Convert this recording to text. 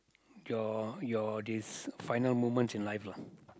your your this final moments in life lah